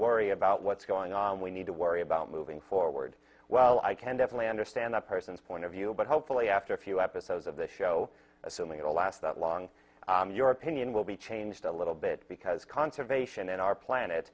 worry about what's going on we need to worry about moving forward well i can definitely understand a person's point of view but hopefully after a few episodes of the show assuming it will last that long your opinion will be changed a little bit because conservation in our planet